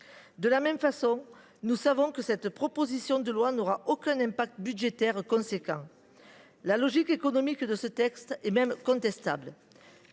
De la même façon, nous savons que cette proposition de loi n’aura aucun effet budgétaire significatif. La logique économique de ce texte est même contestable.